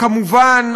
כמובן,